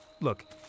Look